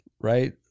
right